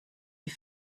die